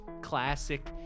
classic